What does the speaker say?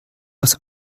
aus